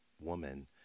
woman